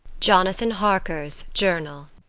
jonathan harker's journal.